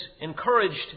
encouraged